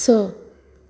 स